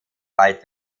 weit